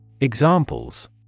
Examples